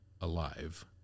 alive